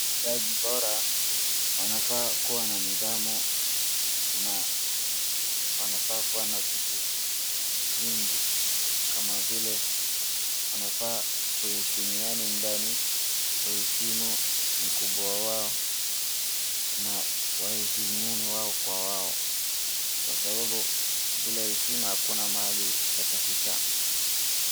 Wauzaji bora wanafaa kuwa na nidhamu na wanafaa kuwa na vitu mingi kama vile wanafaa waheshimiane ndani, waheshimu mkubwa wao na waheshimiane wao kwa wao, kwa sababu bila heshima hakuna mahali watafika.